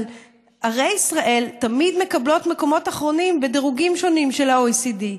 אבל ערי ישראל תמיד מקבלות מקומות אחרונים בדירוגים שונים של ה-OECD.